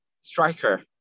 striker